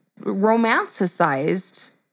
romanticized